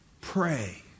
pray